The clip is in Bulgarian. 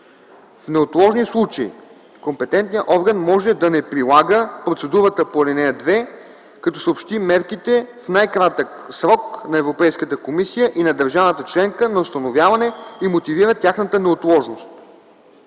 В неотложни случаи компетентният орган може да не прилага процедурата по ал. 2, като съобщи мерките в най-кратък срок на Европейската комисия и на държавата членка на установяване и мотивира тяхната неотложност.”